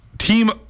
team